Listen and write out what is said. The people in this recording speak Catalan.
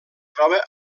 troba